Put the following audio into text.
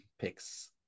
picks